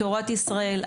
תורת ישראל,